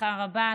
בשמחה רבה.